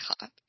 God